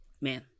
man